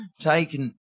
taken